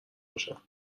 باشم